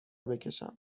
بکشم